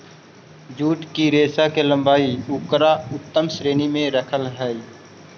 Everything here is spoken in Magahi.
जूट के रेशा के लम्बाई उकरा उत्तम श्रेणी में रखऽ हई